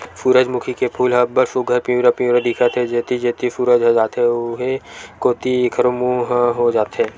सूरजमूखी के फूल ह अब्ब्ड़ सुग्घर पिंवरा पिंवरा दिखत हे, जेती जेती सूरज ह जाथे उहीं कोती एखरो मूँह ह हो जाथे